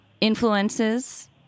influences